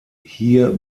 hier